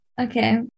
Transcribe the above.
Okay